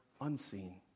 unseen